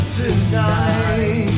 tonight